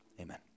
Amen